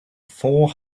four